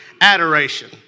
adoration